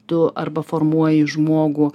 tu arba formuoji žmogų